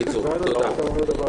תודה.